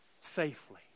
safely